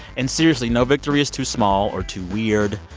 and seriously, no victory is too small or too weird.